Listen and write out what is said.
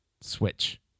switch